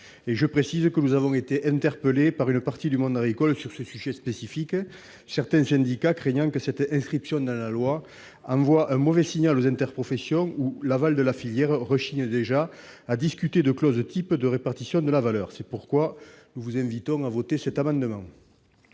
Je précise que nous avons été interpellés par une partie du monde agricole, certains syndicats craignant que cette inscription dans la loi n'envoie un mauvais signal aux interprofessions où l'aval de la filière rechigne déjà à discuter de clauses types de répartition de la valeur. C'est pourquoi nous vous invitons à voter cet amendement.